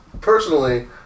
personally